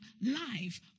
life